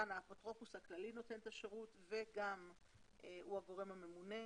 כאן האפוטרופוס הכללי נותן את השירות והוא הגורם הממונה.